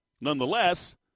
Nonetheless